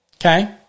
okay